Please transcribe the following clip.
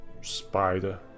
spider